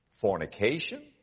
fornication